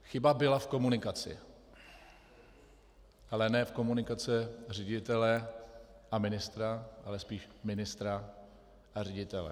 Chyba byla v komunikaci, ale ne v komunikaci ředitele a ministra, ale spíš ministra a ředitele.